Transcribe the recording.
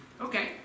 Okay